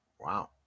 Wow